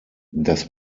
das